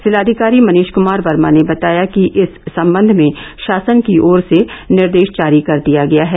जिलाधिकारी मनीष क्मार वर्मा ने बताया कि इस संबंध में शासन की ओर से निर्देश जारी कर दिया गया है